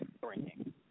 bringing